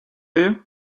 you